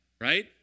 right